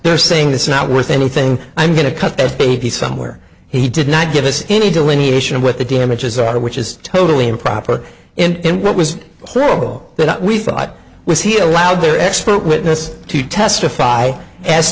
they're saying this is not worth anything i'm going to cut this baby somewhere he did not give us any delineation of what the damages are which is totally improper and what was clear all that we thought was he allowed their expert witness to testify as